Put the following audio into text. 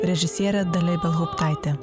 režisierė dalia ibelhauptaitė